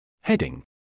Heading